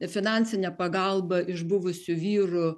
finansinė pagalba iš buvusių vyrų